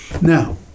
Now